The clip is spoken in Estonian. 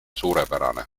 suurepärane